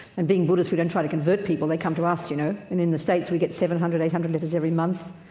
and being buddhists we don't try and convert people, they come to us you know, and in the states we get seven hundred, eight hundred letters every month.